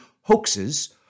hoaxes